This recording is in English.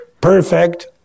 perfect